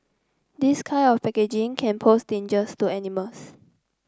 this kind of packaging can pose dangers to animals